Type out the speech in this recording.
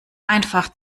einfach